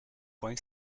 point